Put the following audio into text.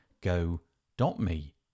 go.me